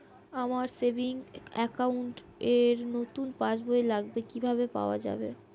আমার savings account র নতুন পাসবই লাগবে, কিভাবে পাওয়া যাবে?